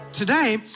today